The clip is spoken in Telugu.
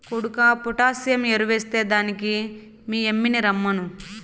కొడుకా పొటాసియం ఎరువెస్తే దానికి మీ యమ్మిని రమ్మను